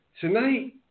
tonight